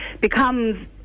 becomes